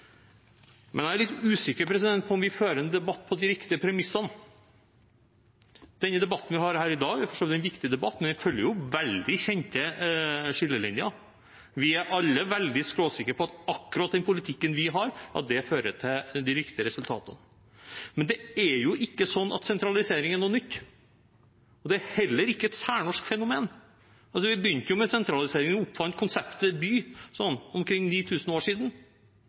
Jeg er litt usikker på om vi fører en debatt på de riktige premissene. Den debatten vi har her i dag, er for så vidt en viktig debatt, men den følger veldig kjente skillelinjer. Vi er alle veldig skråsikre på at akkurat den politikken vi har, fører til de riktige resultatene. Men sentralisering er jo ikke noe nytt, og det er heller ikke et særnorsk fenomen. Vi begynte med sentralisering da vi oppfant konseptet by for omkring 9 000 år siden,